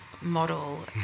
model